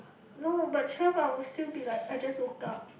no but twelve I was still be like I just woke up